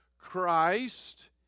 Christ